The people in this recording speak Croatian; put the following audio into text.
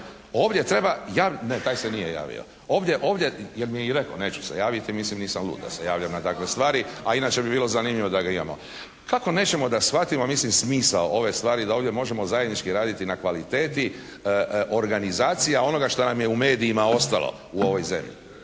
Ovdje treba, taj se nije javio. Ovdje, jer mi je i rekao, neću se javiti, mislim nisam lud da se javljam na takve stvari. A inače bi bilo zanimljivo da ga imamo. Kako nećemo da shvatimo mislim smisao ove stvari da ovdje možemo zajednički raditi na kvaliteti organizacija onoga što nam je u medijima ostalo u ovoj zemlji.